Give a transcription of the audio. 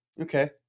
okay